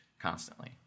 constantly